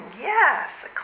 yes